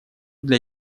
для